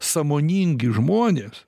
sąmoningi žmonės